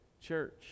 church